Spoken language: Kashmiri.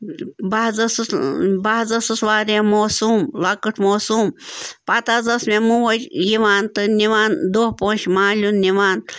بہٕ حظ ٲسٕس بہٕ حظ ٲسٕس واریاہ موسوٗم لۄکٕٹ موسوٗم پَتہٕ حظ ٲس مےٚ موج یِوان تہٕ نِوان دۄہ پوش مالیُن نِوان